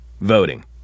voting